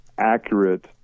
accurate